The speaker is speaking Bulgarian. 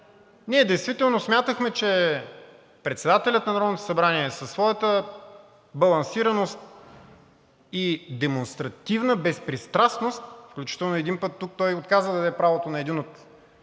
ние действително смятахме, че председателят на Народното събрание със своята балансираност и демонстративна безпристрастност, включително един път тук той отказа да даде правото на един от